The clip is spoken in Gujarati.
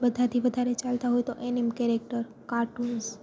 બધાંથી વધારે ચાલતા હોય તો એનિમી કેરેક્ટર કાર્ટૂન્સ